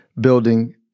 building